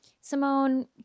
Simone